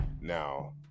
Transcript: Now